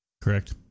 Correct